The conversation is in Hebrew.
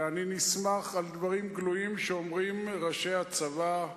ואני נסמך על דברים גלויים שאומרים ראשי הצבא,